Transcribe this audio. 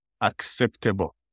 acceptable